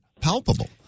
palpable